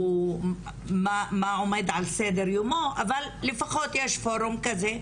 מה עומד על סדר יומו, אבל לפחות יש פורום כזה.